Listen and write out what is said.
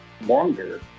longer